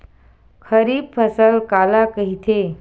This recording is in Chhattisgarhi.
खरीफ फसल काला कहिथे?